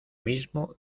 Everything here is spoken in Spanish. mismo